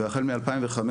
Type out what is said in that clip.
החל מ-2015,